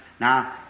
now